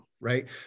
right